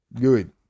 good